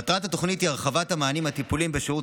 מטרת התוכנית היא הרחבת המענים הטיפוליים בשירות